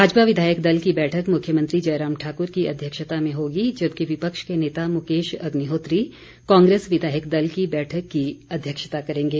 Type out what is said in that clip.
भाजपा विधायक दल की बैठक मुख्यमंत्री जयराम ठाकुर की अध्यक्षता में होगी जबकि विपक्ष के नेता मुकेश अग्निहोत्री कांग्रेस विधायक दल की बैठक की अध्यक्षता करेंगे